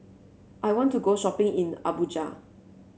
I want to go shopping in Abuja